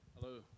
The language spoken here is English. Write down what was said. Hello